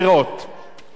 יש פה מאבק,